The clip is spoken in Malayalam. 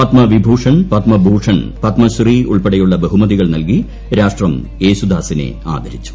പത്മവിഭൂഷൺ പത്മഭൂഷൺ പത്മശ്രീ ഉൾപ്പെടെയുള്ള ബഹുമതികൾ നൽകി രാഷ്ട്രം യേശുദാസനെ ആദരിച്ചു